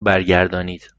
برگردانید